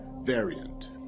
variant